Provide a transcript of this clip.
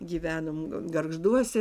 gyvenom ga gargžduose